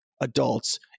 adults